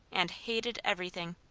and hated everything.